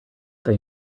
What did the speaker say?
they